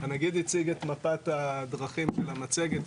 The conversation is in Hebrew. הנגיד הציג את מפת הדרכים של המצגת,